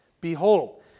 Behold